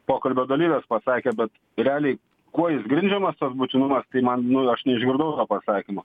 pokalbio dalyvės pasakė bet realiai kuo jis grindžiamas tas būtinumas tai man nu aš neišgirdau to pasakymo